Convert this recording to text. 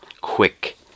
quick